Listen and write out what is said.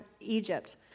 Egypt